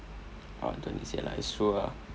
ah don't need say lah it's true lah